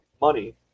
money